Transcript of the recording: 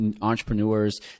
entrepreneurs